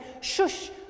shush